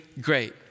great